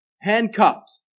handcuffed